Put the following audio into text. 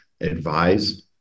advise